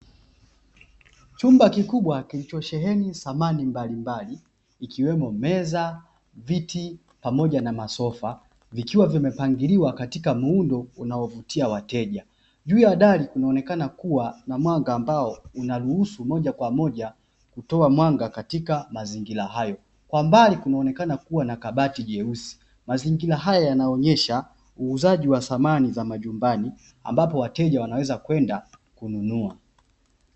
Chumba kikubwa kilichosheheni samani mbalimbali ikiwemo meza, viti pamoja na masofa vikiwa vimepangiliwa katika muundo unaovutia wateja, juu ya dali kunaonekana kuwa na mwanga ambao unaruhusu moja kwa moja kutoa mwanga katika mazingira hayo, kwa mbali kunaonekana kuwa na kabati jeusi, mazingira haya yanaonyesha uuzaji wa samani za majumbani ambapo wateja wanaweza kwenda kununua.